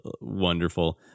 wonderful